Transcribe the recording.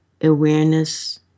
awareness